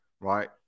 right